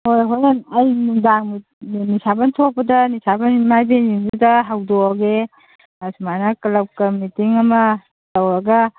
ꯍꯣꯏ ꯍꯣꯔꯦꯟ ꯑꯩ ꯅꯨꯡꯗꯥꯡ ꯅꯤꯁꯥꯕꯟ ꯊꯣꯛꯄꯗ ꯅꯤꯁꯥꯕꯟ ꯏꯃꯥ ꯏꯕꯦꯟꯁꯤꯡꯗꯨꯗ ꯍꯧꯗꯣꯛꯑꯒꯦ ꯑꯁꯨꯃꯥꯏꯅ ꯀ꯭ꯂꯞꯀ ꯃꯤꯇꯤꯡ ꯑꯃ ꯇꯧꯔꯒ